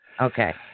Okay